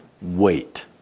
wait